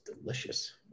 delicious